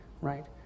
Right